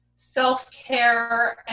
self-care